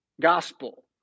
gospel